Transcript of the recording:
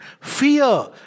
fear